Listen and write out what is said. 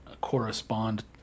correspond